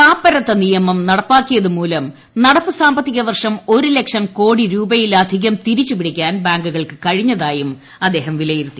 പാപ്പർത്ത നിയമം നടപ്പാക്കിയതുമൂലം നടപ്പു സാമ്പത്തിക വർഷം ഒരുലക്ഷ് ക്കോടി രൂപയിലധികം തിരിച്ചുപിടിക്കാൻ ബാങ്കുകൾക്ക് കഴിഞ്ഞതായും അദ്ദേഹം വിലയിരുത്തി